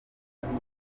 zivuga